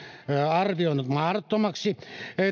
arvioinut mahdottomaksi